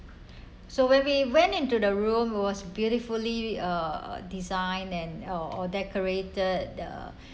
so when we went into the room was beautifully uh design and or decorated the